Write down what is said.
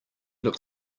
look